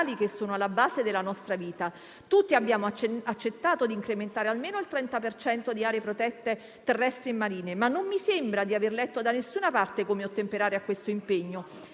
Tutti abbiamo accettato di incrementare almeno del 30 per cento le aree protette terrestri e marine, ma non mi sembra di aver letto da nessuna parte come ottemperare a questo impegno.